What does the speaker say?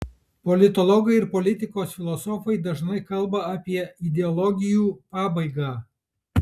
politologai ir politikos filosofai dažnai kalba apie ideologijų pabaigą